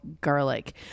garlic